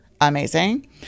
amazing